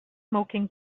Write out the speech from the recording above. smoking